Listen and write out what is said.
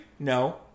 No